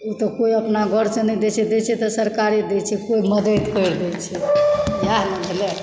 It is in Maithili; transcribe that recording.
ओ तऽ कोइ अपना घर से नहि दै छै दै छै सरकारे दै छै कोई मदद करि दै छै इएह ने भेलै